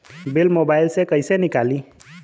Bill mobile से कईसे निकाली?